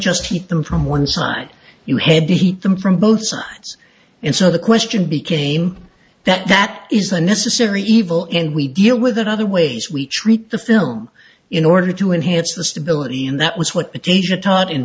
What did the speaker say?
just keep them from one side you had to heat them from both sides and so the question became that that is a necessary evil and we deal with it other ways we treat the film in order to enhance the stability and that was what a teacher taught in